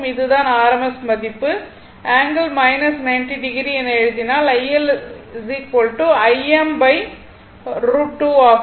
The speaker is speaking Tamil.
இது தான் rms மதிப்பு ∠ 90o என எழுதினால் iL Im√ 2 ஆகும்